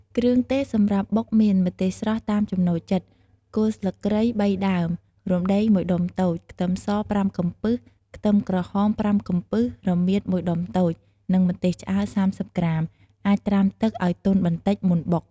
គ្រឿងទេសសម្រាប់បុកមាន ម្ទេសស្រស់ តាមចំណូលចិត្ត គល់ស្លឹកគ្រៃ ៣ ដើម រុំដេង ១ ដុំតូច ខ្ទឹមស ៥ កំពឹស ខ្ទឹមក្រហម ៥ កំពឹស រមៀត ១ ដុំតូច និង ម្ទេសឆ្អើរ ៣០ ក្រាម អាចត្រាំទឹកឱ្យទន់បន្តិចមុនបុក។